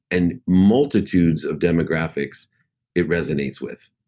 and multitudes of demographics it resonates with.